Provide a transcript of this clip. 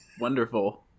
Wonderful